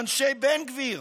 עם אנשי בן גביר